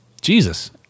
Jesus